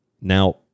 Now